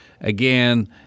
again